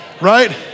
right